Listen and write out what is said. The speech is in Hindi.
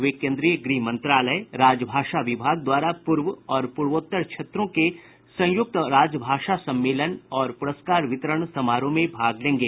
वे केन्द्रीय गृह मंत्रालय राजभाषा विभाग द्वारा पूर्व और पूर्वोत्तर क्षेत्रों के संयुक्त राजभाषा सम्मेलन और प्रस्कार वितरण समारोह में भाग लेंगे